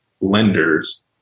lenders